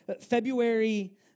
February